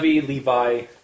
Levi